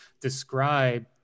describe